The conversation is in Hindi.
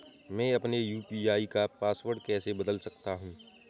मैं अपने यू.पी.आई का पासवर्ड कैसे बदल सकता हूँ?